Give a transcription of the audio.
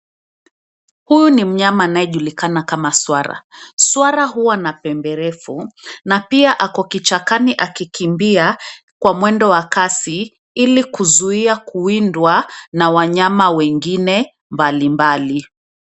Huyu ni mnyama anayejulikana kama swara, swara huwa na pembe refu na pia ako kichakani akikimbia kwa mwendo wa kasi ili kuzuia kuwindwa na wanyama wengine mbalimbali.